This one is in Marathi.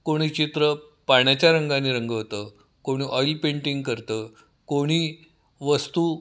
कोणी चित्र पाण्याच्या रंगानी रंगवतं कोणी ऑइल पेंटिंग करतं कोणी वस्तू